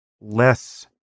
less